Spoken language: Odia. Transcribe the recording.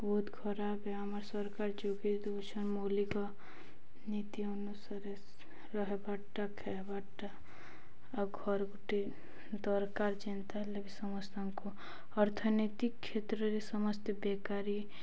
ବହୁତ ଖରାପ ଆମର ସରକାର ଯୋଗେ ଦଉଛନ୍ ମୌଲିକ ନୀତି ଅନୁସାରେ ରହବାରଟା ଖାଇବାରଟା ଆଉ ଘର ଗୋଟେ ଦରକାର ଯେନ୍ତା ହେଲେ ବି ସମସ୍ତଙ୍କୁ ଅର୍ଥନୀତିକ କ୍ଷେତ୍ରରେ ସମସ୍ତେ ବେକାରୀ